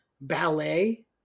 ballet